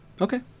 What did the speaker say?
Okay